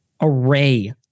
array